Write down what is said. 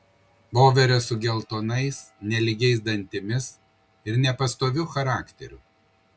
voverę su geltonais nelygiais dantimis ir nepastoviu charakteriu